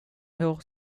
hår